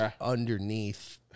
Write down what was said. underneath